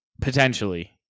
potentially